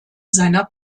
seiner